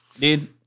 Dude